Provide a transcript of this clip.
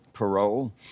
parole